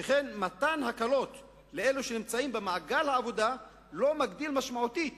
שכן מתן הקלות לאלה שנמצאים במעגל העבודה לא מגדיל משמעותית